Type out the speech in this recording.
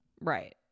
right